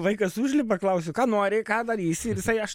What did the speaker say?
vaikas užlipa klausiu ką nori ką darysi ir jisai aš